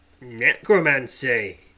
necromancy